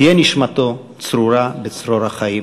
תהיה נשמתו צרורה בצרור החיים.